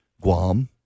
Guam